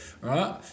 right